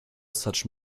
such